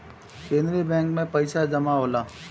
केंद्रीय बैंक में पइसा जमा होला